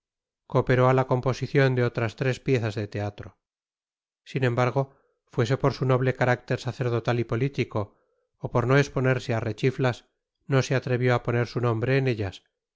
coopero á ta composicion de otras tres piezas de teatro sin embargo fuese por su nobte carácter sacerdotat y potitico o por no esponerse á rechiftas no se atrevio á poner su nombre én etlas